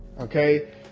Okay